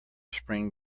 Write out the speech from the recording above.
spring